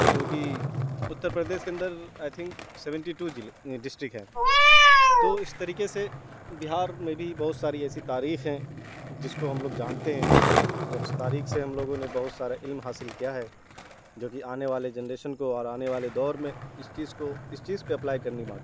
اور جو کہ اتر پردیش کے اندر آئی تھنک سیوینٹی ٹو ضلعے ڈسٹرکٹ ہیں تو اس طریقے سے بہار میں بھی بہت ساری ایسی تاریخ ہیں جس کو ہم لوگ جانتے ہیں اور اس تاریخ سے ہم لوگوں نے بہت سارا علم حاصل کیا ہے جو کہ آنے والے جنریشن کو اور آنے والے دور میں اس چیز کو اس چیز پہ اپلائی کرنی باقی ہے